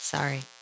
Sorry